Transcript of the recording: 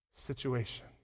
situation